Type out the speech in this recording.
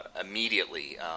immediately